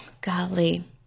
golly